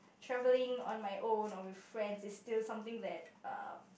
travelling on my own or with friends is still something that uh